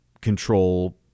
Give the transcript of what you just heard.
control